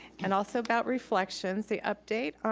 and also about reflections, the update.